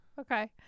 Okay